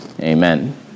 Amen